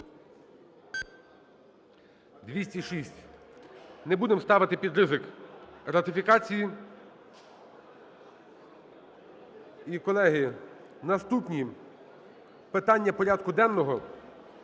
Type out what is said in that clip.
За-206 Не будемо ставити під ризик ратифікації. І, колеги, наступні питання порядку денного